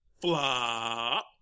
Flop